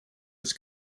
was